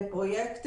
זה פרויקט